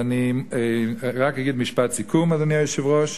אני רק אגיד משפט סיכום, אדוני היושב-ראש.